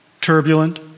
turbulent